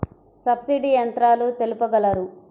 Subsidy యంత్రాలు తెలుపగలరు?